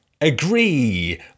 Agree